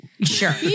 Sure